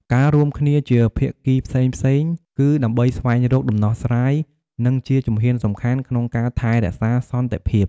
ការរួមគ្នាជាភាគីផ្សេងៗ គឺដើម្បីស្វែងរកដំណោះស្រាយ និងជាជំហានសំខាន់ក្នុងការថែរក្សាសន្តិភាព។